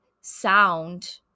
sound